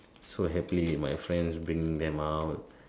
so happily with my friends bringing them out